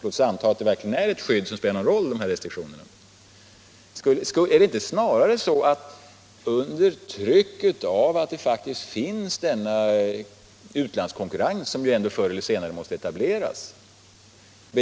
Är det inte snarare så att man måste bedriva omstruktureringsarbetet under trycket av den utlandskonkurrens som förr eller senare måste etableras?